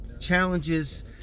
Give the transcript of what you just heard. challenges